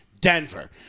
Denver